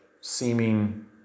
seeming